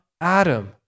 Adam